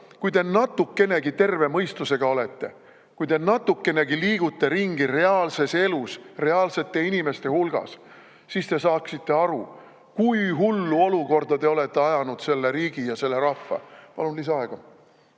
kui te natukenegi terve mõistusega oleksite, kui te natukenegi liiguksite ringi reaalses elus reaalsete inimeste hulgas, siis te saaksite aru, kui hullu olukorda te olete ajanud selle riigi ja rahva. Palun lisaaega.